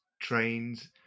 trains